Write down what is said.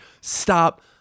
stop